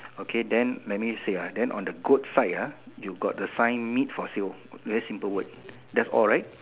okay then let me say ah then on the goat side ah you got the sign meat for sale very simple word that's all right